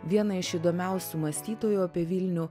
vieną iš įdomiausių mąstytojų apie vilnių